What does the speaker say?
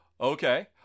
Okay